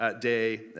day